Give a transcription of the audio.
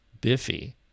Biffy